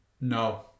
No